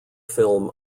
film